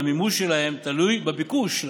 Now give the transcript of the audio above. והמימוש שלהן תלוי בביקוש להן.